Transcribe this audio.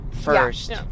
First